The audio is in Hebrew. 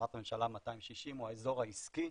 החלטת הממשלה 260 הוא האזור העסקי.